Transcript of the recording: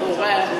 לכאורה,